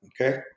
okay